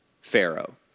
Pharaoh